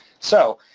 so,